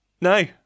No